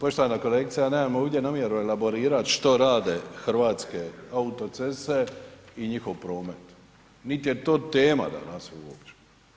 Poštovana kolegice, ja nemam ovdje namjeru elaborirat što rade Hrvatske autoceste i njihov promet niti je to tema danas uopće.